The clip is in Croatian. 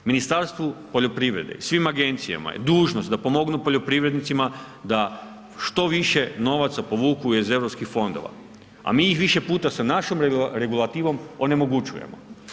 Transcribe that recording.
Ministarstvu poljoprivrede i svim agencijama je dužnost da pomognu poljoprivrednicima da što više novaca povuku iz EU fondova, a mi ih više puta sa našom regulativom onemogućujemo.